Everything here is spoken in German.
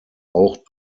auch